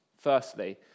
Firstly